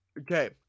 okay